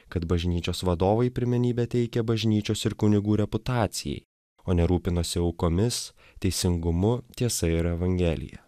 kad bažnyčios vadovai pirmenybę teikia bažnyčios ir kunigų reputacijai o ne rūpinosi aukomis teisingumu tiesa ir evangelija